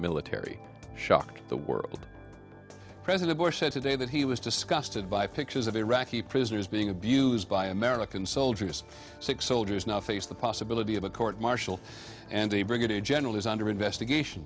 military shocked the world president bush said today that he was disgusted by pictures of iraqi prisoners being abused by american soldiers six soldiers now face the possibility of a court martial and a brigadier general is under investigation